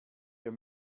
wir